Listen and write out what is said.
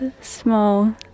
small